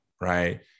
Right